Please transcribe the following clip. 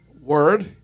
word